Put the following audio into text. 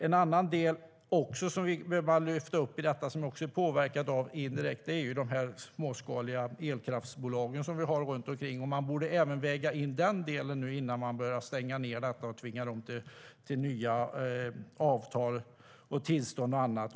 En annan del som vi behöver lyfta fram och som vi är påverkade av indirekt gäller de småskaliga elkraftsbolagen. Man borde väga in den delen innan man börjar stänga ned dessa och tvinga dem till nya avtal, tillstånd och annat.